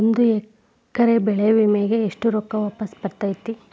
ಒಂದು ಎಕರೆ ಬೆಳೆ ವಿಮೆಗೆ ಎಷ್ಟ ರೊಕ್ಕ ವಾಪಸ್ ಬರತೇತಿ?